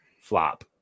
flop